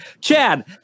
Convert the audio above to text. Chad